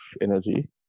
energy